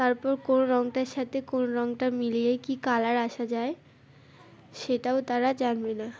তারপর কোন রঙটার সাথে কোন রঙটা মিলিয়ে কী কালার আসে যায় সেটাও তারা জানবে না